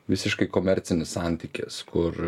visiškai komercinis santykis kur